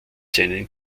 seinen